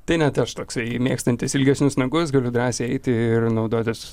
tai net aš toksai mėgstantis ilgesnius nagus galiu drąsiai eiti ir naudotis